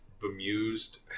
bemused